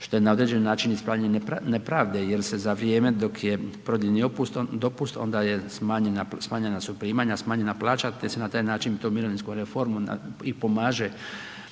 što je na određeni način ispravljanje nepravde jer se za vrijeme dok je porodiljni dopust, onda je, smanjenja su primanja, smanjena plaća, te se na taj način tom Mirovinskom reformom i pomaže